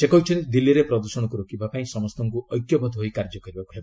ସେ କହିଛନ୍ତି ଦିଲ୍ଲୀରେ ପ୍ରଦୃଷଣକୁ ରୋକିବା ପାଇଁ ସମସ୍ତଙ୍କୁ ଏକ୍ୟବଦ୍ଧ ହୋଇ କାର୍ଯ୍ୟ କରିବାକୁ ହେବ